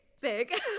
big